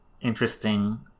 interesting